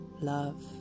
love